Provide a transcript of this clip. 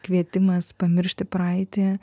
kvietimas pamiršti praeitį